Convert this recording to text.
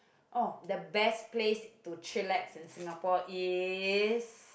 oh the best place to chillax in Singapore is